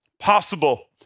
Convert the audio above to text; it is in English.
Possible